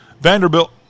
Vanderbilt